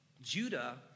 Judah